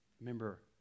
remember